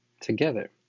together